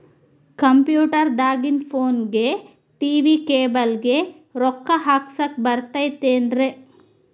Computer ದಾಗಿಂದ್ ಫೋನ್ಗೆ, TV cable ಗೆ, ರೊಕ್ಕಾ ಹಾಕಸಾಕ್ ಬರತೈತೇನ್ರೇ?